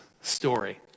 story